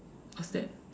what's that